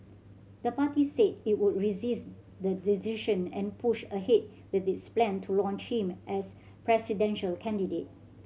the party said it would resist the decision and push ahead with its plan to launch him as presidential candidate